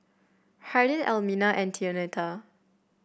Hardin Elmina and Antonetta